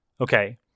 Okay